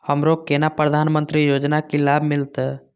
हमरो केना प्रधानमंत्री योजना की लाभ मिलते?